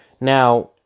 Now